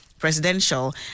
presidential